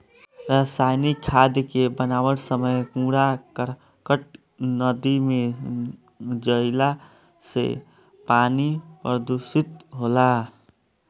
रासायनिक खाद के बनावत समय कूड़ा करकट नदी में जईला से पानी प्रदूषित होला